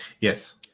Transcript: yes